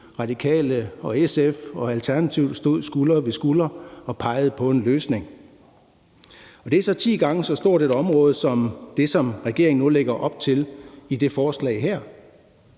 Radikale, SF og Alternativet stod skulder ved skulder og pegede på en løsning. Og det er så ti gange så stort et område som det, som regeringen nu lægger op til i det her forslag.